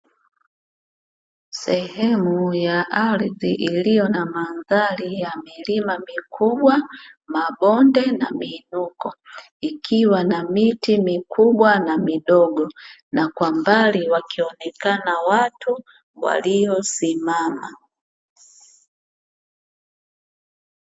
Sehemu ya ardhi iliyo na mandhari ya milima mikubwa, mabonde na miinuko, ikiwa na miti mikubwa na midogo na kwa mbali wakionekana watu waliosimama.